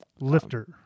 lifter